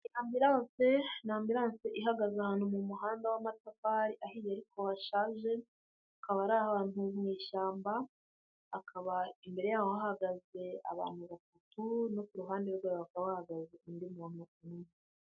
Ambiranse, ni ambiranse ihagaze ahantu mu muhanda w'amatafari ahiye ariko hashaje, akaba ari ahantu mu ishyamba. Akaba imbere yaho hagaze abantu batatu no ku ruhande rwayo hakaba hahagaze undi muntu umwe.